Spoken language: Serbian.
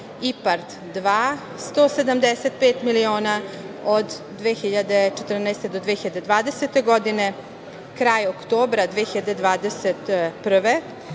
IPARD dva 175 miliona od 2014. do 2020. godine. Kraj oktobra 2021.